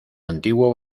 antiguo